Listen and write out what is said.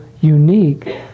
unique